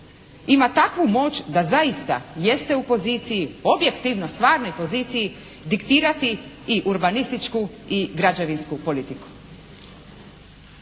ima takvu moć da zaista jeste u poziciji objektivno, stvarnoj poziciji diktirati i urbanističku i građevinsku politiku.